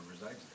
resides